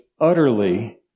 utterly